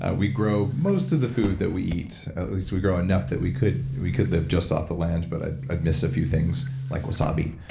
ah we grow most of the food that we eat, at least we grow enough that we could we could live just off the land but i'd i'd miss a few things like wasabi,